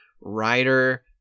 writer